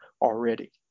already